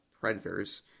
Predators